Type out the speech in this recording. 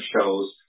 shows